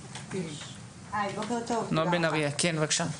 כן, בבקשה.